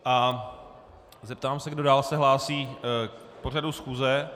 A zeptám se, kdo dál se hlásí k pořadu schůze.